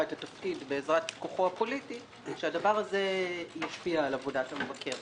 את התפקיד בעזרת כוחו הפוליטי - ישפיע על עבודת המבקר.